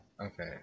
Okay